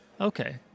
Okay